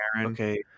okay